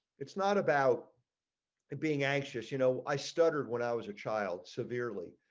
it's not about and being anxious, you know i started when i was a child severely.